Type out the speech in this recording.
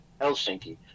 Helsinki